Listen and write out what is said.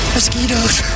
Mosquitoes